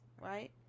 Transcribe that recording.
right